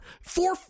four